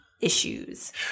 issues